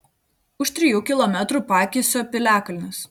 už trijų kilometrų pakisio piliakalnis